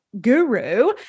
guru